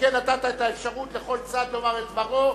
שכן נתת את האפשרות לכל צד לומר את דברו,